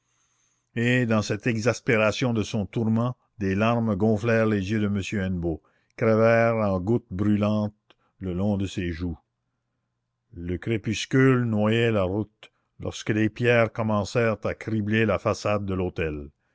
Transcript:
et dans cette exaspération de son tourment des larmes gonflèrent les yeux de m hennebeau crevèrent en gouttes brûlantes le long de ses joues le crépuscule noyait la route lorsque des pierres commencèrent à cribler la façade de l'hôtel